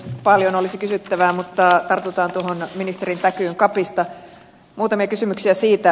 paljon olisi kysyttävää mutta tartutaan tuohon ministerin täkyyn capista muutamia kysymyksiä siitä